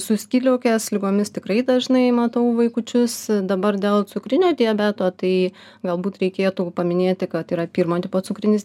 su skydliaukės ligomis tikrai dažnai matau vaikučius dabar dėl cukrinio diabeto tai galbūt reikėtų paminėti kad yra pirmo tipo cukrinis